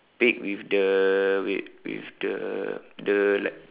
pig with the with with the the like